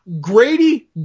Grady